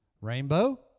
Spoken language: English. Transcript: Rainbow